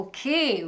Okay